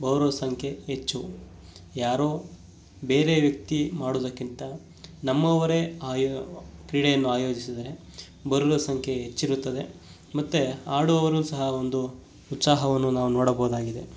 ಬರುವ ಸಂಕ್ಯೆ ಹೆಚ್ಚು ಯಾರೋ ಬೇರೆ ವ್ಯಕ್ತಿ ಮಾಡೋದಕ್ಕಿಂತ ನಮ್ಮವರೇ ಆಯಾ ಕ್ರೀಡೆಯನ್ನು ಆಯೋಜಿಸಿದರೆ ಬರುವ ಸಂಕ್ಯೆ ಹೆಚ್ಚಿರುತ್ತದೆ ಮತ್ತು ಆಡುವವರು ಸಹ ಒಂದು ಉತ್ಸಾಹವನ್ನು ನಾವು ನೋಡಬೋದಾಗಿದೆ